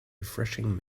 refreshing